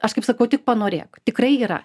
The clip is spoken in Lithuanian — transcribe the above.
aš kaip sakau tik panorėk tikrai yra